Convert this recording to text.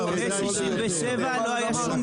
--- לפני 67' לא היה שום